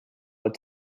what